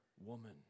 woman